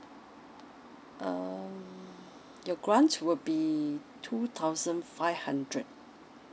um your grant will be two thousand five hundred